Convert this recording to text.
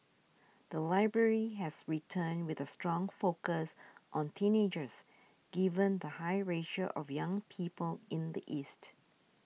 the library has returned with a strong focus on teenagers given the high ratio of young people in the east